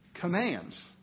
commands